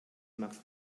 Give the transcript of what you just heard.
max